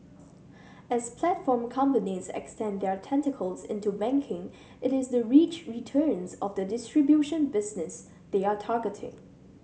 as platform companies extend their tentacles into banking it is the rich returns of the distribution business they are targeting